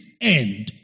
end